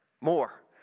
more